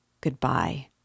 Goodbye